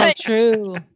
true